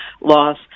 loss